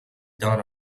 done